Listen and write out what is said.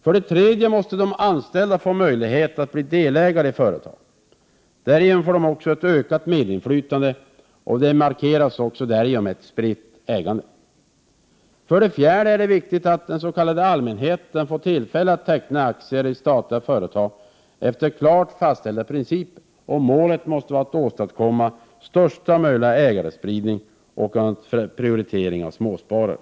För det tredje måste de anställda få möjlighet att bli delägare i företagen. Därigenom får de också ett ökat medinflytande. Detta markeras genom ett spritt ägande. För det fjärde är det viktigt att den s.k. allmänheten får tillfälle att, efter klart fastställda principer, teckna aktier i statliga företag. Och målet måste vara att åstadkomma största möjliga ägarspridning och att prioritera småsparare.